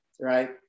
right